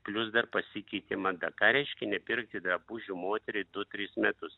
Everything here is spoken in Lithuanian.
plius dar pasikeitė mada ką reiškia nepirkti drabužių moteriai du tris metus